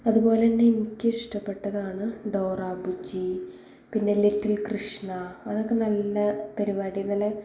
അതുപോലെ തന്നെ എനിക്ക് ഇഷ്ടപ്പെട്ടതാണ് ഡോറ ബുജി പിന്നെ ലിറ്റിൽ കൃഷ്ണ അതൊക്കെ നല്ല പരിപാടി നല്ല